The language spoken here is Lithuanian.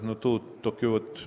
nu tų tokių vat